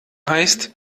heißt